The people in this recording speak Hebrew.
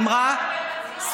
היא אמרה, התנצלות.